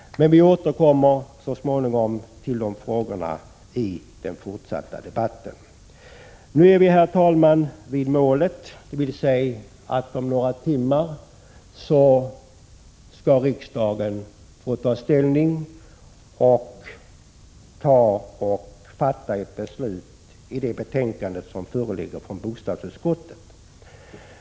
Vi återkommer så småningom till de frågorna under den fortsatta debatten. Nu är vi, herr talman, vid målet, dvs. om några timmar skall riksdagen ta ställning och fatta ett beslut om det betänkande som föreligger från bostadsutskottet.